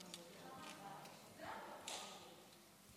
אדוני, עד שלוש דקות.